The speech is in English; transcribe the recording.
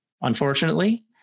unfortunately